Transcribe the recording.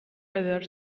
other